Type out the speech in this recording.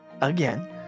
again